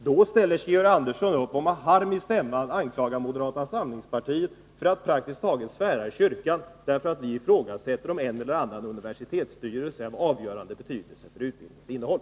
Då — just då — ställer sig Georg Andersson upp för att med harm i rösten anklaga moderata samlingspartiet för att nästan svära i kyrkan, därför att vi ifrågasätter om en eller annan universitetsstyrelse har en så positiv betydelse för utbildningens innehåll!